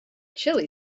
chilli